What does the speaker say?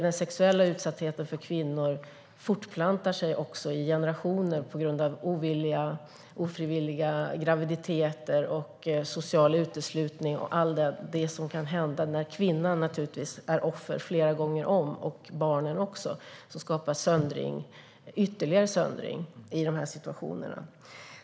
Den sexuella utsattheten för kvinnor fortplantar sig också i generationer på grund av ofrivilliga graviditeter, social uteslutning och allt det som kan hända när kvinnan är offer flera gånger om - och även barnen. Det skapar ytterligare söndring i dessa situationer.